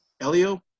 Elio